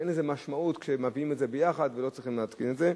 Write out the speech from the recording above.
אין לזה משמעות כשמביאים את זה יחד ולא צריכים להתקין את זה.